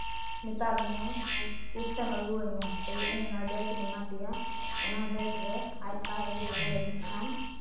ᱢᱮᱛᱟ ᱫᱤᱧᱟᱹᱭ ᱛᱤᱥᱛᱮᱢ ᱟᱹᱜᱩᱣᱟᱹᱧᱟ ᱛᱚᱵᱮ ᱤᱧ ᱚᱱᱟ ᱰᱮᱴ ᱤᱧ ᱮᱢᱟᱫᱮᱭᱟ ᱚᱱᱟ ᱰᱮᱴ ᱨᱮ ᱟᱡ ᱵᱟᱭ ᱟᱹᱜᱩ ᱫᱟᱲᱮᱭᱟᱫᱤᱧ ᱠᱷᱟᱱ